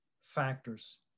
factors